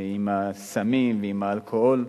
עם הסמים ועם האלכוהול,